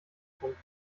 gefunden